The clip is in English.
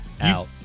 out